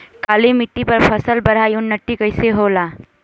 काली मिट्टी पर फसल बढ़िया उन्नत कैसे होला?